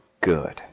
good